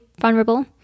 vulnerable